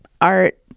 art